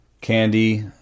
candy